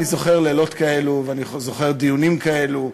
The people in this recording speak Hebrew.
אני זוכר לילות כאלו ואני זוכר דיונים כאלו,